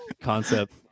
concept